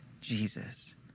Jesus